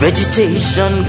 Vegetation